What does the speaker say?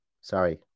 Sorry